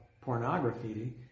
pornography